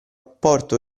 porto